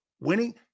winning